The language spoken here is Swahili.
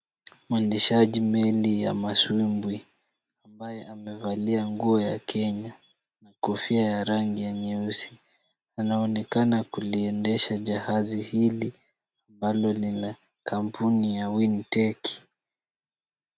Mwendeshaji meli ya masumbwi ambaye amevalia nguo ya Kenya na kofia ya rangi ya nyeusi. Anaonekana kuliendesha jahazi hili ambalo ni la kampuni ya Winiteki.